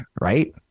right